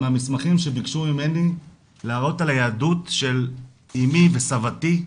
מהמסמכים שביקשו ממני להראות על היהדות של אימי וסבתי,